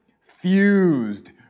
fused